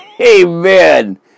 Amen